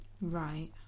Right